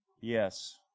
Yes